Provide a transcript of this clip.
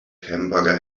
hamburger